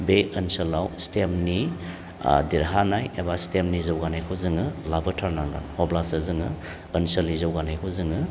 बे ओनसोलाव स्टेमनि ओ देरहानाय एबा स्टेमनि जौगानायखौ जोङो लाबोथारनांगोन अब्लासो जोङो ओनसोलनि जौगानायखौ जोङो